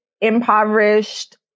impoverished